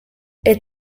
est